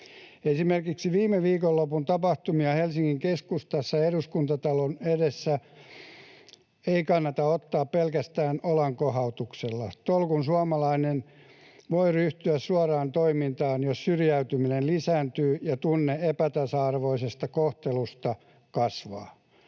Esimerkiksi viime viikonlopun tapahtumia Helsingin keskustassa Eduskuntatalon edessä ei kannata ottaa pelkästään olankohautuksella. Tolkun suomalainen voi ryhtyä suoraan toimintaan, jos syrjäytyminen lisääntyy ja tunne epätasa-arvoisesta kohtelusta kasvaa.